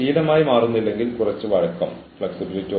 ബോധപൂർവം തെറ്റ് ചെയ്യാൻ ആരും ആഗ്രഹിക്കുന്നില്ല